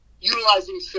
utilizing